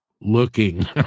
looking